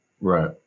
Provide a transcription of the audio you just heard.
Right